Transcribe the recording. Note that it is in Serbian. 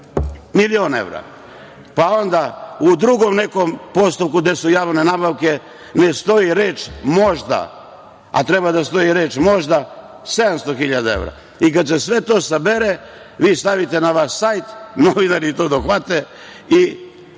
milion evra. Pa onda u drugom nekom postupku gde su javne nabavke ne stoji reč – možda, a treba da stoji reč – možda, 700 hiljada evra. Kada se sve to sabere, vi stavite na vaš sajt, novinari to dohvate i